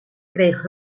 kreeg